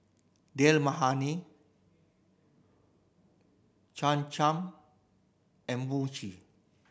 Dal Makhani Cham Cham and Mochi